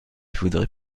faudrait